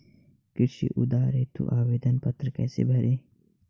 कृषि उधार हेतु आवेदन पत्र कैसे भरें?